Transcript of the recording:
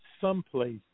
someplace